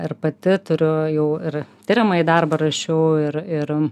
ir pati turiu jau ir tiriamąjį darbą rašiau ir ir